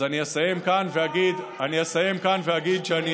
אז אני אסיים כאן ואגיד, הצבעה.